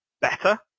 better